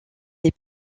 des